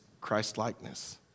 Christ-likeness